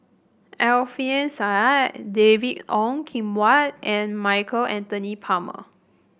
Alfian Sa'at David Ong Kim Huat and Michael Anthony Palmer